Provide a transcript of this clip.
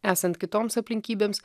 esant kitoms aplinkybėms